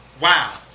wow